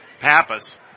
Pappas